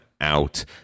out